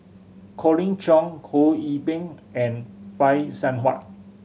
Colin Cheong Ho See Beng and Phay Seng Whatt